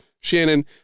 Shannon